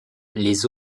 les